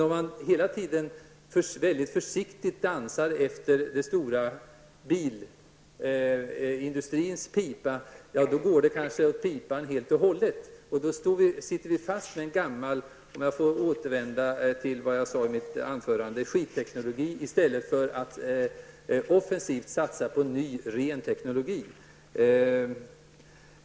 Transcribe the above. Om man hela tiden mycket försiktigt dansar efter den stora bilindustrins pipa går det kanske åt pipan helt och hållet. Då sitter vi fast med en gammal -- om jag får upprepa vad jag sade i mitt anförande -- ''skitteknologi'' i stället för att offensivt satsa på ny ren teknologi.